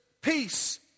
peace